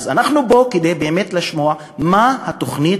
אז אנחנו פה כדי באמת לשמוע מה תוכנית